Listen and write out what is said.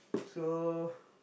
so